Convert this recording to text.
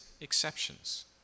exceptions